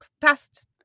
past